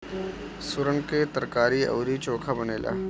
सुरन के तरकारी अउरी चोखा बनेला